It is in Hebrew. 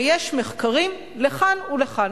ויש מחקרים לכאן ולכאן.